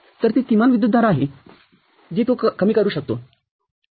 तरती किमान विद्युतधारा आहे जी तो कमी करू शकतो ठीक आहे